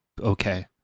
okay